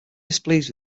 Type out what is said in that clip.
displeased